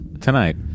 tonight